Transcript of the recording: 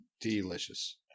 delicious